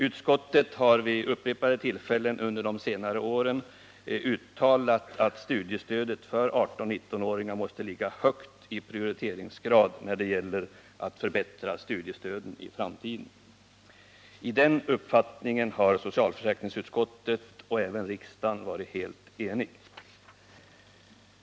Utskottet har vid upprepade tillfällen under de senaste åren uttalat att studiestödet för 18-19-åringar måste ligga högt i prioriteringsgrad när det gäller att förbättra studiestöden i framtiden. I den uppfattningen har socialförsäkringsutskottet och även riksdagen varit helt eniga.